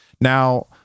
Now